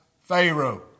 Pharaoh